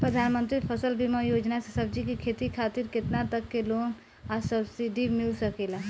प्रधानमंत्री फसल बीमा योजना से सब्जी के खेती खातिर केतना तक के लोन आ सब्सिडी मिल सकेला?